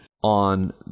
on